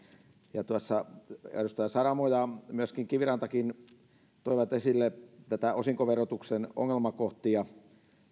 tuossa edustaja saramo ja myöskin kiviranta toivat esille osinkoverotuksen ongelmakohtia